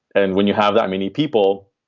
and when you have that many people,